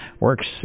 works